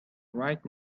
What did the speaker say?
right